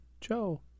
Joe